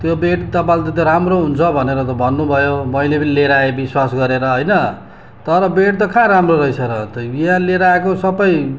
त्यो बेड तपाईँले त राम्रो हुन्छ भनेर त भन्नु भयो मैले पनि ल्याएर आए विश्वास गरेर होइन तर बेड त कहाँ राम्रो रहेछ र अन्त यहाँ ल्याएर आएको सबै